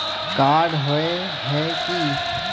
Card होय है की?